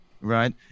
Right